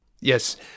Yes